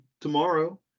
tomorrow